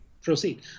proceed